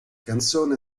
canzone